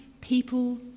people